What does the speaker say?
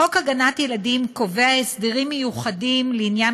חוק הגנת ילדים קובע הסדרים מיוחדים לעניין